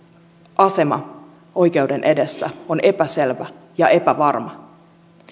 asema oikeuden edessä on epäselvä ja epävarma